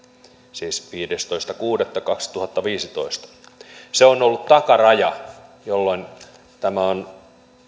siis viidestoista kuudetta kaksituhattaviisitoista se on ollut takaraja jolloin tämä on